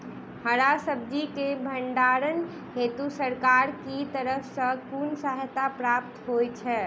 हरा सब्जी केँ भण्डारण हेतु सरकार की तरफ सँ कुन सहायता प्राप्त होइ छै?